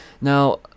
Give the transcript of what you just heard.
Now